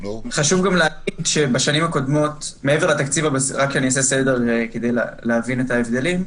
רק אעשה סדר כדי להבין את ההבדלים.